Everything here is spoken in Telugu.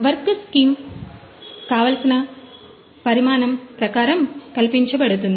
వర్క్ పీస్ కావలసిన పరిమాణం ప్రకారం కల్పించబడింది